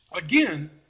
Again